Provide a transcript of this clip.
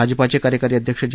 भाजपचे कार्यकारी अध्यक्ष जे